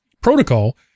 protocol